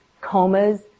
comas